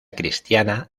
cristiana